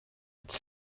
its